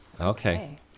Okay